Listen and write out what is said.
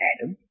Adam